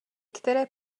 které